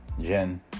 Jen